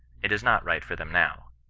it is not right for them now.